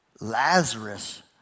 Lazarus